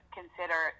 consider